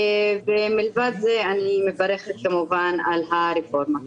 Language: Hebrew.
מלבד זה אני מברכת כמובן על הרפורמה.